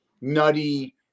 nutty